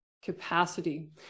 capacity